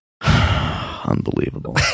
Unbelievable